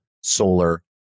solar